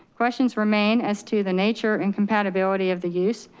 questions remain as to the nature and compatibility of the use,